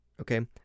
Okay